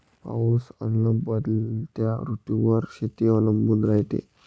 पाऊस अन बदलत्या ऋतूवर शेती अवलंबून रायते